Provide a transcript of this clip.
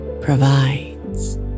provides